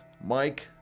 Mike